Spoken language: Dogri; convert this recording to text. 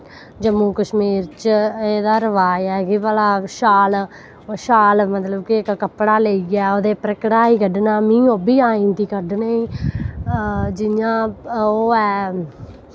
जम्मू कश्मीर च एह्दा रवाज़ ऐ कि भला शाल शाल मतलव कि इक्क कपड़ा लेइयै ओह्दे पर कढ़ाई कड्ढना मीं ओह्बी आई जंदी कड्ढने ई जियां ओह् ऐ